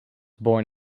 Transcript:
born